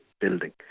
building